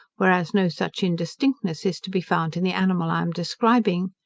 whereas no such indistinctness is to be found in the animal i am describing.